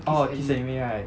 oh kiss anime right